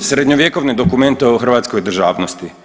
srednjovjekovne dokumente o hrvatskoj državnosti.